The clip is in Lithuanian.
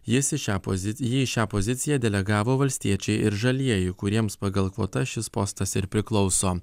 jis į šią pozici jį į šią poziciją delegavo valstiečiai ir žalieji kuriems pagal kvotas šis postas ir priklauso